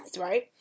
right